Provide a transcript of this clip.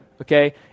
okay